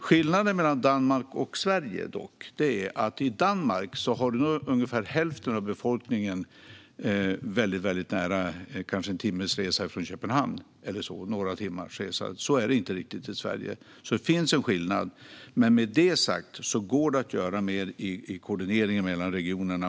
Skillnaden mellan Danmark och Sverige är dock att i Danmark har nog ungefär hälften av befolkningen väldigt nära till Köpenhamn, kanske en timme eller några timmars resa. Så är det inte riktigt i Sverige, så där finns en skillnad. Med detta sagt går det att göra mer i koordineringen mellan regionerna.